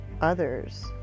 others